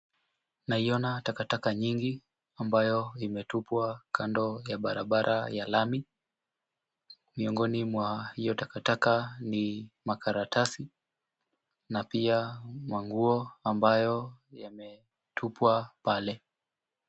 Naiona takataka nyingi ambayo yametupwa kando ya barabara ya Lami. Miongoni mwa hiyo takataka ni makaratasi. Na pia mwanguo ambayo yametupwa pale.